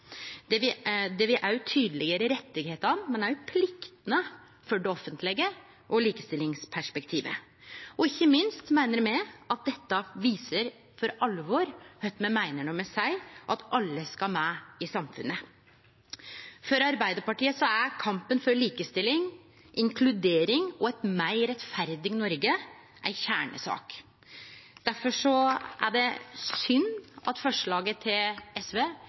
Det vil tydeleggjere rettane, men òg pliktene for det offentlege og likestillingsperspektivet. Ikkje minst viser dette for alvor kva me meiner når me seier at alle skal med i samfunnet. For Arbeidarpartiet er kampen for likestilling, inkludering og eit meir rettferdig Noreg ei kjernesak. Difor er det synd at forslaget frå SV